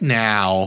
now